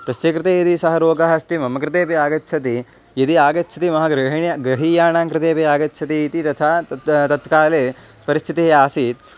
तस्य कृते यदि सः रोगः अस्ति मम कृते अपि आगच्छति यदि आगच्छति मम गृहीण गृहीयानां कृते अपि आगच्छति इति तथा तत् तत्काले परिस्थितिः आसीत्